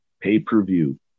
Pay-per-view